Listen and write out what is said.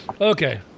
Okay